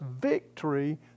victory